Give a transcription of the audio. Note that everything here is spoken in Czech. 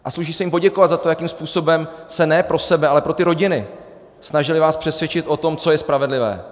A sluší se jim poděkovat za to, jakým způsobem se ne pro sebe, ale pro ty rodiny snažili vás přesvědčit o tom, co je spravedlivé.